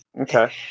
Okay